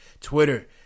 Twitter